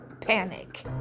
panic